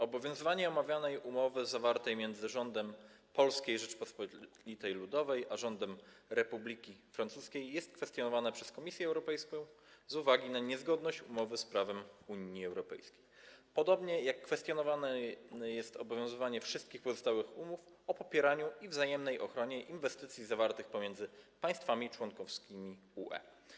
Obowiązywanie omawianej umowy zawartej między rządem Polskiej Rzeczypospolitej Ludowej a rządem Republiki Francuskiej jest kwestionowane przez Komisję Europejską z uwagi na niezgodność umowy z prawem Unii Europejskiej, podobnie jak kwestionowane jest obowiązywanie wszystkich pozostałych umów o popieraniu i wzajemnej ochronie inwestycji zawartych pomiędzy państwami członkowskimi UE.